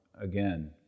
again